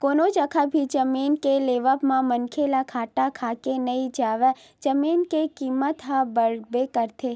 कोनो जघा भी जमीन के लेवब म मनखे ह घाटा खाके नइ जावय जमीन के कीमत ह बड़बे करथे